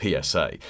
PSA